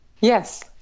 Yes